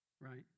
right